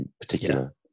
particular